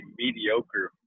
mediocre